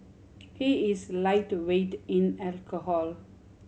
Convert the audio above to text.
he is lightweight in alcohol